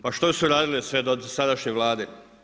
Pa što su radile sve dosadašnje vlade?